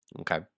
Okay